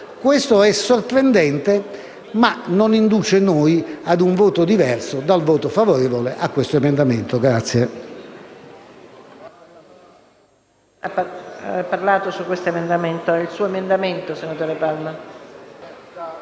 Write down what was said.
Questo è sorprendente ma non induce noi a un voto diverso dal voto favorevole all'emendamento 1.401/3.